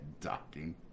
Docking